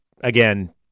again